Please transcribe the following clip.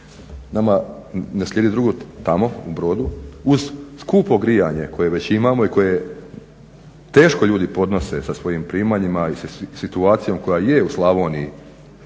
Nama ne slijedi drugo tamo u Brodu uz skupo grijanje koje već imamo i koje teško ljudi podnose sa svojim primanjima i situacijom koja je u Slavoniji,